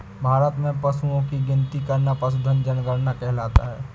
भारत में पशुओं की गिनती करना पशुधन जनगणना कहलाता है